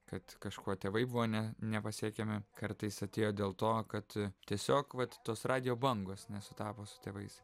kad kažkuo tėvai buvo ne nepasiekiami kartais atėjo dėl to kad tiesiog vat tos radijo bangos nesutapo su tėvais